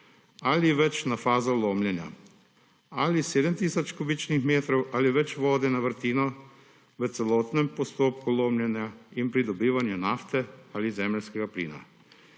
ali več na fazo lomljenja ali sedem tisoč kubičnih metrov ali več metrov na vrtino v celotnem postopku lomljenja in pridobivanja nafte ali zemeljskega plina,